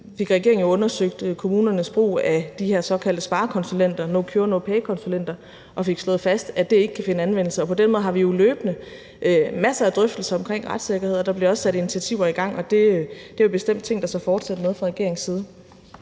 fik regeringen undersøgt kommunernes brug af de her såkaldte sparekonsulenter, no cure, no pay-konsulenter, og fik slået fast, at det ikke kan finde anvendelse. På den måde har vi jo løbende masser af drøftelser om retssikkerhed, og der bliver også sat initiativer i gang, og det er bestemt ting, der så fortsættes med fra regeringens side.